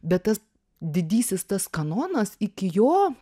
bet tas didysis tas kanonas iki jo